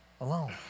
alone